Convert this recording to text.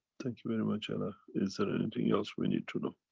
thank you very much ella. is there anything else we need to know?